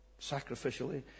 sacrificially